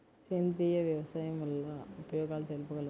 సేంద్రియ వ్యవసాయం వల్ల ఉపయోగాలు తెలుపగలరు?